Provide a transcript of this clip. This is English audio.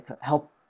help